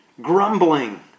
grumbling